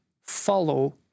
follow